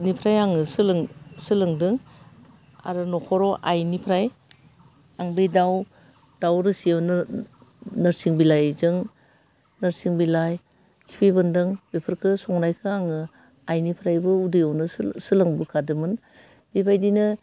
निफ्राय आङो सोलोंदों आरो न'खराव आइनिफ्राय आं बे दाउ रोसियावनो नोरसिं बिलाइजों नोरसिं बिलाइ खिफि बेन्दों बेफोरखौ संनायखौ आङो आइनिफ्रायबो उन्दैयावनो सोलोंबोखादोंमोन बेबायदिनो